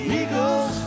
eagles